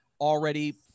already –